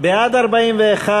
אי-אמון בממשלה לא נתקבלה.